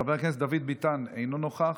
חבר הכנסת מיכאל מרדכי ביטון, אינו נוכח,